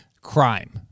Crime